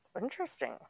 Interesting